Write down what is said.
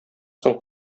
соң